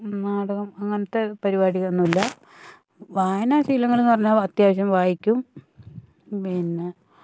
നാടകം അങ്ങനത്തെ പരിപാടിയൊന്നുമില്ല വായനാശീലങ്ങൾ എന്ന് പറഞ്ഞാൽ അത്യാവശ്യം വായിക്കും പിന്നെ